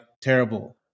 terrible